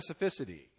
specificity